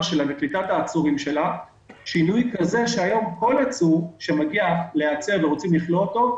וקליטת העצורים שינוי כזה שהיום כל עצור שמגיע למעצר ורוצים לכלוא אותו,